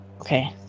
okay